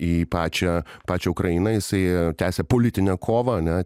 į pačią pačią ukrainą jisai tęsė politinę kovą ane